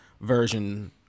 version